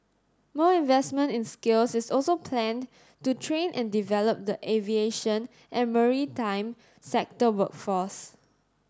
more investment in skills is also planned to train and develop the aviation and maritime sector workforce